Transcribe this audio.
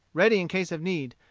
ready in case of need,